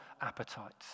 appetites